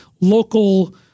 local